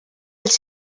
els